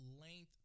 length